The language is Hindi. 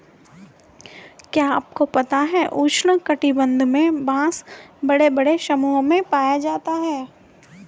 क्या आपको पता है उष्ण कटिबंध में बाँस बड़े बड़े समूहों में पाया जाता है?